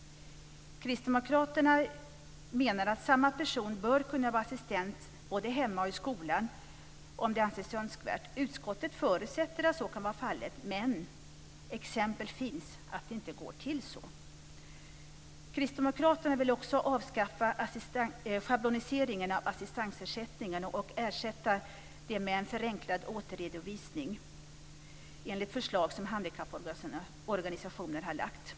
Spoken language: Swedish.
Kristdemokraterna menar att samma person bör kunna vara assistent både hemma och i skolan om det anses önskvärt. Utskottet förutsätter att så kan vara fallet men exempel finns på att det inte går till så. Kristdemokraterna vill också avskaffa schabloniseringen av assistansersättningen och ersätta den med en förenklad återredovisning, enligt förslag som handikapporganisationer har lagt fram.